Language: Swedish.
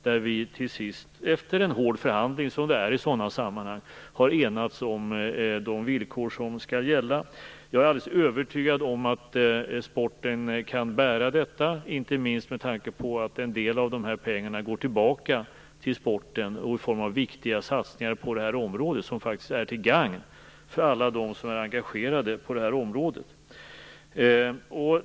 Vi har till sist, efter en hård förhandling, som det är i sådana sammanhang, enats om de villkor som skall gälla. Jag är alldeles övertygad om att sporten kan bära detta - inte minst med tanke på att en del av dessa pengar går tillbaka till sporten i form av viktiga satsningar på området, som faktiskt är till gagn för alla dem som är engagerade på detta område.